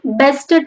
best